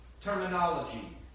terminology